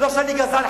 לא שאני גזען,